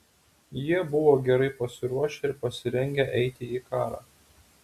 jie buvo gerai pasiruošę ir pasirengę eiti į karą